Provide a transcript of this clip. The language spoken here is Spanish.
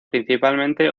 principalmente